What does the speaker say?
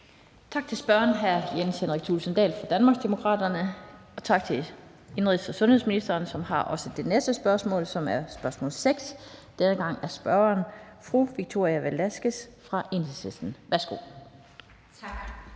Tak til spørgeren, hr. Jens Henrik Thulesen Dahl fra Danmarksdemokraterne, og tak til indenrigs- og sundhedsministeren, som også har besvarelsen af det næste spørgsmål. Det er spørgsmål nr. 6, og denne gang er spørgeren fru Victoria Velasquez fra Enhedslisten. Kl.